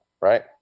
right